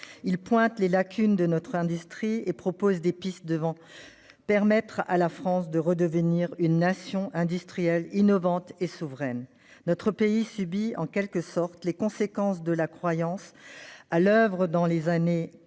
pointe les lacunes de notre industrie et présente des pistes pour permettre à la France de redevenir une nation industrielle, innovante et souveraine. Notre pays subit en quelque sorte les conséquences de la croyance, à l'oeuvre dans les années